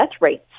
rates